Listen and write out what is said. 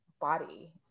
body